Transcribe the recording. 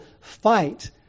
fight